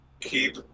keep